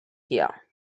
here